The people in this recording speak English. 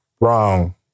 Wrong